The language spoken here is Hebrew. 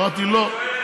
אמרתי: לא,